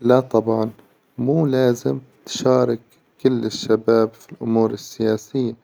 لا طبعا مو لازم تشارك كل الشباب في الأمور السياسية،